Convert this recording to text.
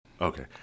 Okay